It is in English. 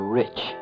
rich